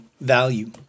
value